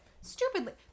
Stupidly